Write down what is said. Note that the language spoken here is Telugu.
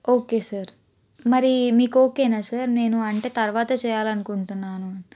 ఓకే సార్ మరి మీకు ఓకేనా సార్ నేను అంటే తర్వాత చేయాలనుకుంటున్నాను